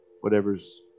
whatever's